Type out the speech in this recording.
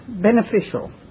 beneficial